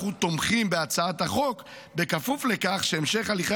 אנחנו תומכים בהצעת החוק בכפוף לכך שהמשך הליכי